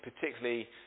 particularly